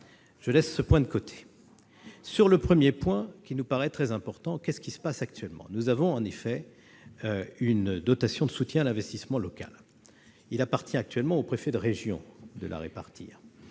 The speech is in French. des communes rurales. Sur le premier point, qui nous paraît très important, que se passe-t-il actuellement ? Nous avons en effet une dotation de soutien à l'investissement local qu'il appartient actuellement aux préfets de région de répartir.